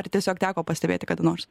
ar tiesiog teko pastebėti kada nors